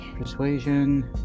Persuasion